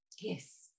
yes